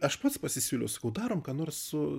aš pats pasisiūliau sakau darom ką nors su